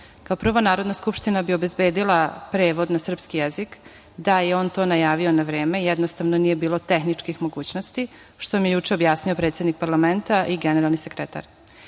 kao prvo Narodna skupština bi obezbedila prevod na srpski jezik da je on to najavio na vreme. Jednostavno nije bilo tehničkih mogućnosti, što vam je juče objasnio predsednik parlamenta i generalni sekretar. Danas